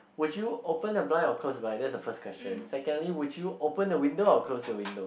would you open the blind or close the blind that's the first question secondly would you open the window or close the window